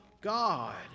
God